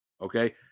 okay